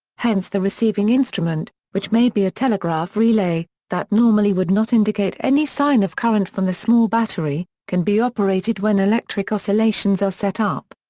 hence the receiving instrument, which may be a telegraph relay, that normally would not indicate any sign of current from the small battery, can be operated when electric oscillations are set up.